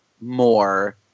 more